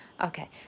Okay